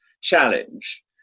challenge